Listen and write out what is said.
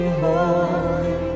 holy